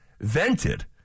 vented